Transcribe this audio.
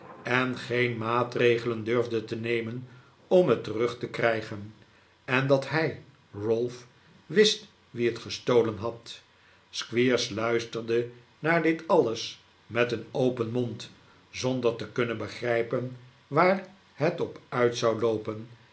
en geen maatregelen durfde te nemen om het terug te krijgen en dat hij ralph wist wie het gestolen had squeers luisterde naar dit alles met een open mond zonder te kunnen begrijpen waar het op uit zou loopen